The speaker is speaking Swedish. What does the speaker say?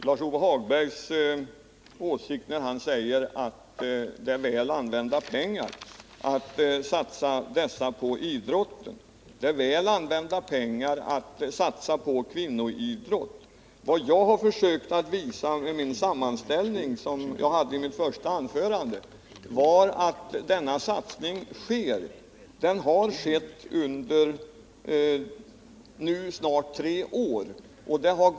Herr talman! Jag kan dela Lars-Ove Hagbergs åsikt om att det är väl använda pengar att satsa på idrotten. Det är också väl använda pengar att satsa på kvinnoidrott. Vad jag försökte visa i den sammanställning som jag redovisade i mitt första anförande var att denna satsning pågår och har pågått i snart tre år.